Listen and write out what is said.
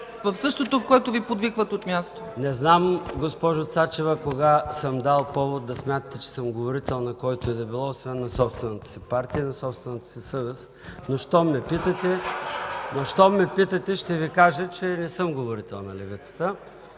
– същото, което Ви подвикват от място. ЙОРДАН ЦОНЕВ: Не знам, госпожо Цачева, кога съм дал повод да смятате, че съм говорител на когото и да било, освен на собствената си партия и на собствената си съвест! Но щом ме питате, ще Ви кажа, че не съм говорител на левицата.